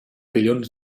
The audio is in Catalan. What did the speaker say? dilluns